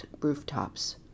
rooftops